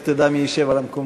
לך תדע מי ישב במקום.